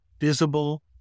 visible